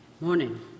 Morning